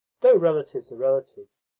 though relatives are relatives,